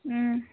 ம்